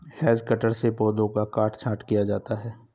hedge cutter से पौधों का काट छांट किया जाता है